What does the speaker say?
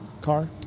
car